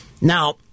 Now